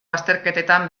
azterketetan